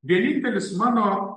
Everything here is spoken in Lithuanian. vienintelis mano